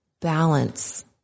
balance